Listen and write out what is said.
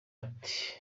ati